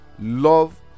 love